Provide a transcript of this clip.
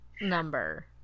number